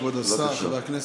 בבקשה.